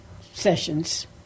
sessions